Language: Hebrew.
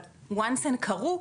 אבל once הן קרו,